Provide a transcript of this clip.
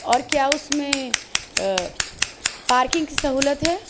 اور کیا اس میں پارکنگس سہولت ہے